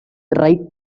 right